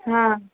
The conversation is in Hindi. हाँ